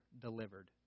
delivered